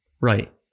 Right